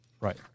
Right